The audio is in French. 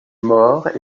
maure